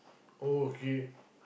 oh okay